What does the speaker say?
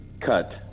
Cut